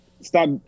stop